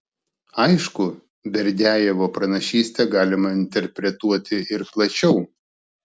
aišku berdiajevo pranašystę galima interpretuoti ir plačiau